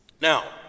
Now